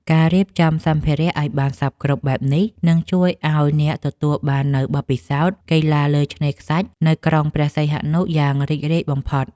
ការរៀបចំសម្ភារៈឱ្យបានសព្វគ្រប់បែបនេះ នឹងជួយឱ្យអ្នកទទួលបាននូវបទពិសោធន៍កីឡាលើឆ្នេរខ្សាច់នៅក្រុងព្រះសីហនុយ៉ាងរីករាយបំផុត។